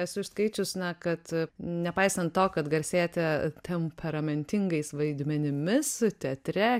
esu išskaičius na kad nepaisant to kad garsėjate temperamentingais vaidmenimis teatre